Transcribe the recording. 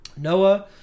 Noah